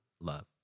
love